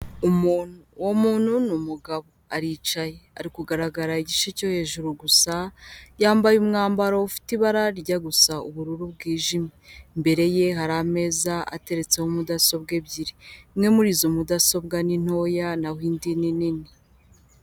Umuntu, uwo muntu ni umugabo, aricaye ari kugaragara igice cyo hejuru gusa, yambaye umwambaro ufite ibara rye gusa ubururu bwijimye, imbere ye hari ameza ateretseho mudasobwa ebyiri, imwe muri izo mudasobwa ni ntoya naho indi ni nini.